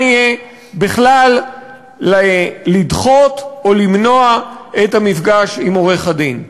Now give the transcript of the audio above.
יהיה בכלל לדחות או למנוע את המפגש עם עורך-הדין.